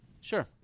Sure